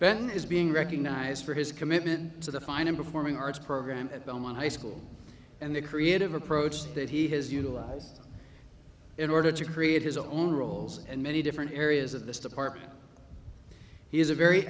ben is being recognized for his commitment to the fine and performing arts program at belmont high school and the creative approach that he has utilized in order to create his own rules and many different areas of this department he is a very